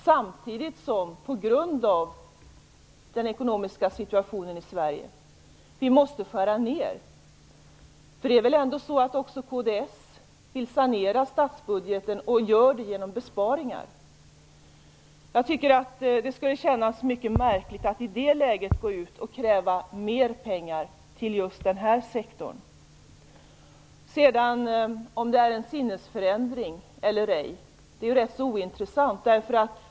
Samtidigt måste vi skära ned på grund av den ekonomiska situationen i Sverige. Även kds vill väl sanera statsbudgeten genom besparingar? Jag tycker att det skulle kännas mycket märkligt att i dagens läge gå ut och kräva mer pengar till just den här sektorn. Om det är en sinnesförändring eller ej är ganska ointressant.